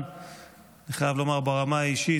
אני חייב לומר ברמה האישית,